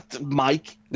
Mike